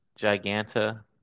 Giganta